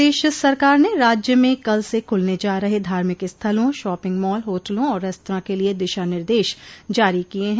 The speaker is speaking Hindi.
प्रदेश सरकार ने राज्य में कल से खुलने जा रहे धार्मिक स्थलों शॅापिंग मॉल होटलों और रेस्त्रां के लिए दिशा निर्देश जारी किए हैं